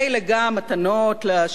גם מתנות לעשירים,